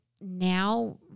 now